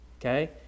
okay